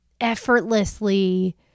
effortlessly